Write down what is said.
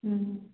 ହୁଁ